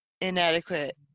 inadequate